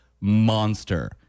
monster